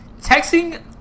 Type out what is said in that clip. Texting